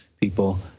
people